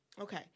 Okay